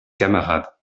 camarades